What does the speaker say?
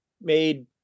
made